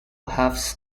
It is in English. has